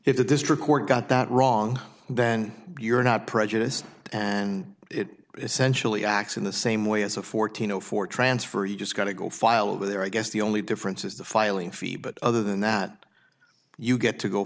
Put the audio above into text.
if the district court got that wrong then you're not prejudiced and it essentially acts in the same way as a fourteen zero for transfer you just got to go file over there i guess the only difference is the filing fee but other than that you get to go